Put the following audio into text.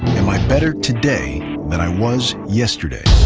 am i better today than i was yesterday?